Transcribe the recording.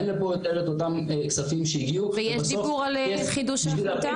ויש דיבור על חידוש ההחלטה?